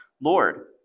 Lord